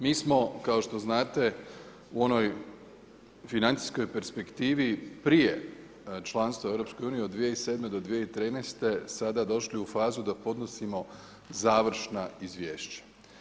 Mi smo kao što znate u onoj financijskoj perspektivi prije članstva u EU od 2007. do 2013. sada došli u fazu da podnosimo završna izvješća.